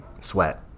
sweat